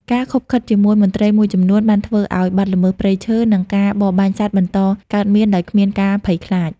ការឃុបឃិតជាមួយមន្ត្រីមួយចំនួនបានធ្វើឱ្យបទល្មើសព្រៃឈើ និងការបរបាញ់សត្វបន្តកើតមានដោយគ្មានការភ័យខ្លាច។